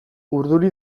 urduri